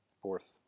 fourth